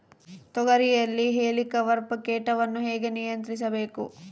ತೋಗರಿಯಲ್ಲಿ ಹೇಲಿಕವರ್ಪ ಕೇಟವನ್ನು ಹೇಗೆ ನಿಯಂತ್ರಿಸಬೇಕು?